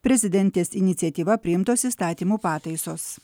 prezidentės iniciatyva priimtos įstatymų pataisos